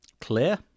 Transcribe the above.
Clear